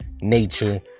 Nature